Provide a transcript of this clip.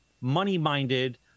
money-minded